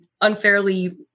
unfairly